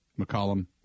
McCollum